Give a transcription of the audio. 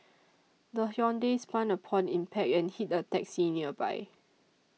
the Hyundai spun upon impact and hit a taxi nearby